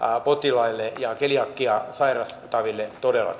potilaille ja keliakiaa sairastaville todella